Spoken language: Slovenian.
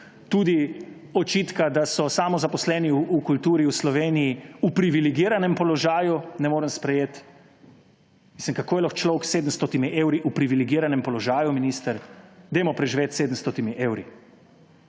tudi očitka, da so samozaposleni v kulturi v Sloveniji v privilegiranem položaju ne morem sprejeti. Kako je lahko človek s 700i evri v privilegiranem položaju, minister? Dajmo preživeti s 700 evri!